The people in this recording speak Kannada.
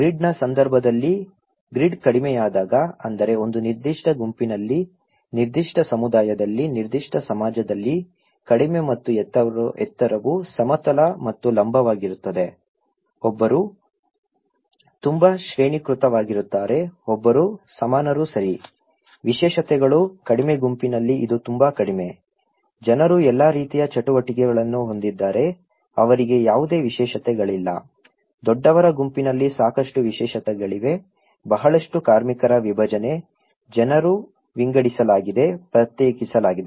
ಗ್ರಿಡ್ನ ಸಂದರ್ಭದಲ್ಲಿ ಗ್ರಿಡ್ ಕಡಿಮೆಯಾದಾಗ ಅಂದರೆ ಒಂದು ನಿರ್ದಿಷ್ಟ ಗುಂಪಿನಲ್ಲಿ ನಿರ್ದಿಷ್ಟ ಸಮುದಾಯದಲ್ಲಿ ನಿರ್ದಿಷ್ಟ ಸಮಾಜದಲ್ಲಿ ಕಡಿಮೆ ಮತ್ತು ಎತ್ತರವು ಸಮತಲ ಮತ್ತು ಲಂಬವಾಗಿರುತ್ತದೆ ಒಬ್ಬರು ತುಂಬಾ ಶ್ರೇಣೀಕೃತವಾಗಿರುತ್ತಾರೆ ಒಬ್ಬರು ಸಮಾನರು ಸರಿ ವಿಶೇಷತೆಗಳು ಕಡಿಮೆ ಗುಂಪಿನಲ್ಲಿ ಇದು ತುಂಬಾ ಕಡಿಮೆ ಜನರು ಎಲ್ಲಾ ರೀತಿಯ ಚಟುವಟಿಕೆಗಳನ್ನು ಹೊಂದಿದ್ದಾರೆ ಅವರಿಗೆ ಯಾವುದೇ ವಿಶೇಷತೆಗಳಿಲ್ಲ ದೊಡ್ಡವರ ಗುಂಪಿನಲ್ಲಿ ಸಾಕಷ್ಟು ವಿಶೇಷತೆಗಳಿವೆ ಬಹಳಷ್ಟು ಕಾರ್ಮಿಕರ ವಿಭಜನೆ ಜನರು ವಿಂಗಡಿಸಲಾಗಿದೆ ಪ್ರತ್ಯೇಕಿಸಲಾಗಿದೆ